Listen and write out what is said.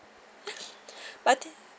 but I think